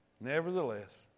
Nevertheless